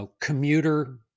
commuter